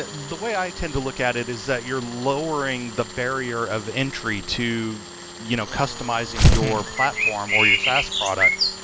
the the way i tend to look at it is that you're lowering the barrier of entry to you know customizing your platform or your sas product,